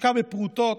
הושקע בפרוטות.